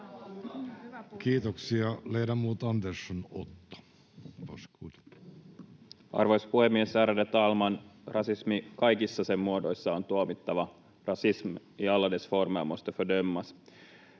Time: 12:48 Content: Arvoisa puhemies, ärade talman! Rasismi kaikissa sen muodoissa on tuomittava. Rasism i alla dess former måste fördömas.